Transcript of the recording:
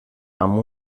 amb